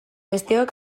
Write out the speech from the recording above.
besteok